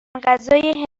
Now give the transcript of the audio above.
غذای